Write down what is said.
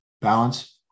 balance